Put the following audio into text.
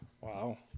Wow